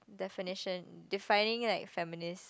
definitions defining like feminist